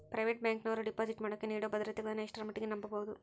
Private ಬ್ಯಾಂಕಿನವರು deposit ಮಾಡೋಕೆ ನೇಡೋ ಭದ್ರತೆಗಳನ್ನು ಎಷ್ಟರ ಮಟ್ಟಿಗೆ ನಂಬಬಹುದು?